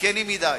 זקנים מדי,